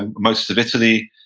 and most of italy,